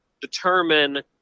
determine